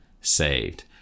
saved